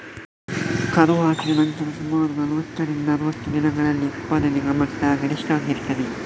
ಕರು ಹಾಕಿದ ನಂತರ ಸುಮಾರು ನಲುವತ್ತರಿಂದ ಅರುವತ್ತು ದಿನಗಳಲ್ಲಿ ಉತ್ಪಾದನೆಯ ಮಟ್ಟ ಗರಿಷ್ಠ ಆಗಿರ್ತದೆ